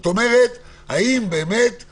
אם בסוף השבוע הזה נראה שהאכיפה העצמית טובה,